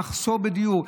המחסור בדיור.